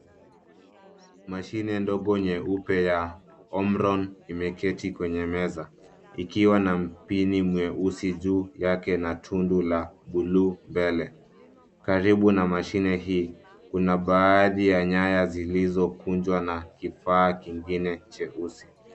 Mashine ndogo nyeupe ya OMRON imeketi kwenye meza ikiwa na mpini mweusi juu yake na tundu la buluu mbele. Karibu na mashine hii kuna baadhi ya nyaya zilizokunjwa na kifaa kingine cheusi.